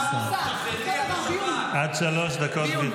אי-אפשר למכור להם סיפורי